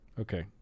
Okay